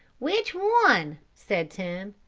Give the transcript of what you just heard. which one? said tim.